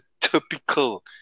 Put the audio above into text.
typical